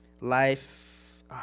Life